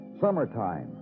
Summertime